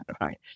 right